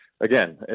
again